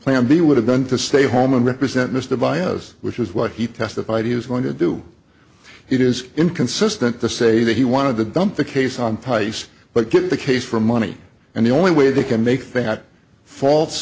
plan b would have done to stay home and represent mr baez which is what he testified he was going to do it is inconsistent to say that he wanted to dump the case on tice but get the case for money and the only way they can make that false